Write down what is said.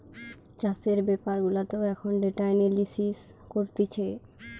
চাষের বেপার গুলাতেও এখন ডেটা এনালিসিস করতিছে